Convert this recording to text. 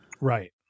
Right